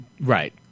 Right